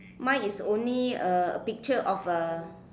mine is only a a picture of a